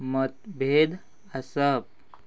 मतभेद आसप